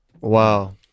Wow